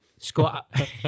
scott